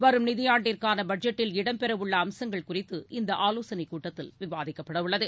வரும் நிதியாண்டிற்கான பட்ஜெட்டில் இடம்பெறவுள்ள அம்சங்கள் குறித்து இந்த ஆலோசனை கூட்டங்களில் விவாதிக்கப்படவுள்ளன